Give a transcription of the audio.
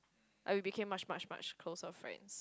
like we became much much much closer friends